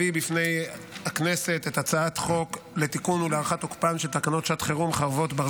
אני קובע כי הצעת חוק הכללת אמצעי זיהוי ביומטריים ונתוני